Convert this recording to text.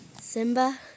Simba